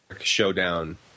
showdown